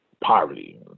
poverty